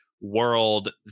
world